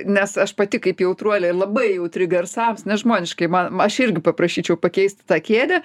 nes aš pati kaip jautruolė labai jautri garsams nežmoniškai ma aš irgi paprašyčiau pakeisti tą kėdę